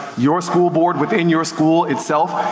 your school board within your school itself,